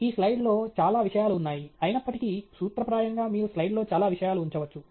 ఈ స్లయిడ్లో చాలా విషయాలు ఉన్నాయి అయినప్పటికీ సూత్రప్రాయంగా మీరు స్లైడ్లో చాలా విషయాలు ఉంచవచ్చు